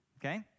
okay